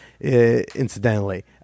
incidentally